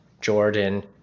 jordan